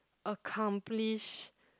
accomplish